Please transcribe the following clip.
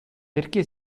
perché